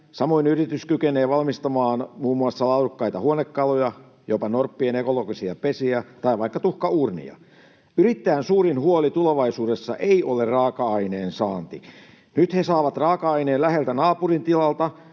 samoin yritys kykenee valmistamaan muun muassa laadukkaita huonekaluja, jopa norppien ekologisia pesiä tai vaikka tuhkauurnia. Yrittäjän suurin huoli tulevaisuudessa ei ole raaka-aineen saanti. Nyt he saavat raaka-aineen läheltä naapurin tilalta.